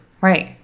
right